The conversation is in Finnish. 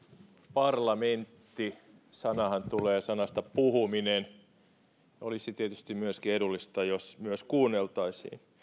parlamentti sanahan tulee sanasta puhuminen ja olisi tietysti edullista jos myös kuunneltaisiin